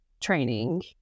training